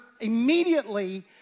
immediately